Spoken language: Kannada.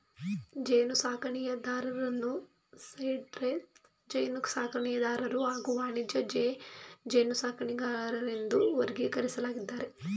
ಜೇನುಸಾಕಣೆದಾರರನ್ನು ಸೈಡ್ಲೈನ್ ಜೇನುಸಾಕಣೆದಾರರು ಹಾಗೂ ವಾಣಿಜ್ಯ ಜೇನುಸಾಕಣೆದಾರರೆಂದು ವರ್ಗೀಕರಿಸಿದ್ದಾರೆ